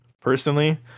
personally